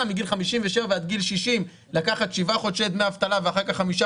מגיל 57 עד גיל 60 לקחת שבעה חודשי דמי אבטלה ואחר כך חמישה